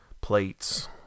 plates